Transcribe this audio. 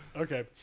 Okay